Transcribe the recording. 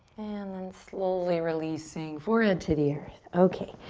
and then slowly releasing forehead to the earth. okay,